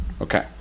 Okay